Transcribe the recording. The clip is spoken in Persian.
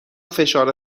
فشار